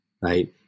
right